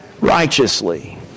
righteously